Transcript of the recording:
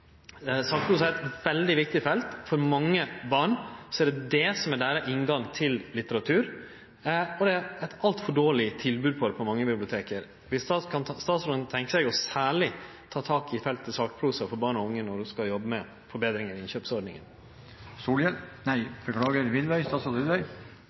er eit veldig viktig felt. For mange barn er det dette som er deira inngang til litteraturen, og det er eit altfor dårleg tilbod om det på mange bibliotek. Kan statsråden tenkje seg særleg å ta tak i feltet sakprosa for barn og unge når ho skal jobbe med forbetringar i